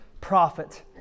prophet